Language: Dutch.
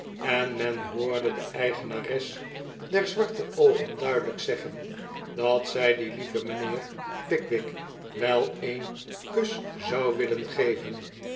en men hoorde de eigenares der zwarte oogen duidelijk zeggen dat zij dien lieven mijnheer pickwick wel een kus zou willen geven